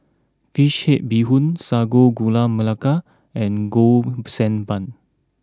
Fish Head Bee Hoon Sago Gula Melaka and Golden Sand Bun